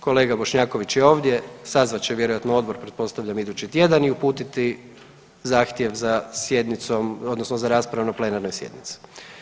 Kolega Bošnjaković je ovdje, sazvat će vjerojatno odbor, pretpostavljam idući tjedan i uputiti zahtjev za sjednicom, odnosno za raspravu na plenarnoj sjednici.